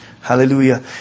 Hallelujah